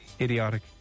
idiotic